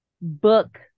book